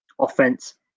offense